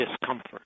discomfort